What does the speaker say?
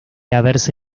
haberse